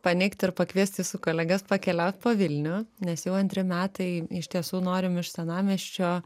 paneigti ir pakviest jūsų kolegas pakeliaut po vilnių nes jau antri metai iš tiesų norim iš senamiesčio